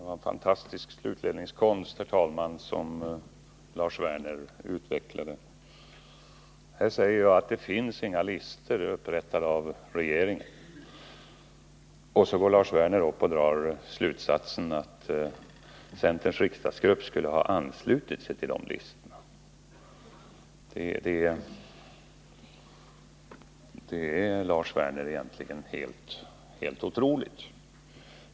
Herr talman! Det var en fantastisk slutledningskonst som Lars Werner utvecklade. Jag säger här att det inte finns några listor upprättade i regeringen, och då drar Lars Werner slutsatsen att centerns riksdagsgrupp skulle ha anslutit sig till de listorna. Det är helt otroligt!